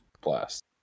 Blast